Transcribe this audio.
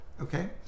okay